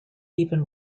even